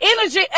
energy